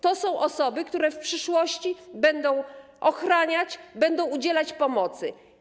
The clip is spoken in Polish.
To są osoby, które w przyszłości będą ochraniać, będą udzielać pomocy.